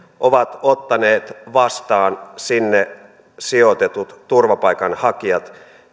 ovat ottaneet vastaan sinne sijoitetut turvapaikanhakijat